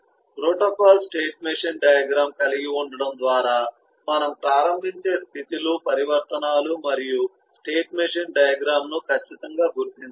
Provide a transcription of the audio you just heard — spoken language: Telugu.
ప్రోటోకాల్ స్టేట్ మెషిన్ డయాగ్రమ్ కలిగి ఉండడం ద్వారా మనం ప్రారంభించే స్థితి లు పరివర్తనాలు మరియు స్టేట్ మెషిన్ డయాగ్రమ్ ను ఖచ్చితంగా గుర్తించాలి